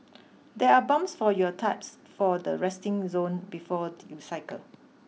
there are pumps for your types for the resting zone before you cycle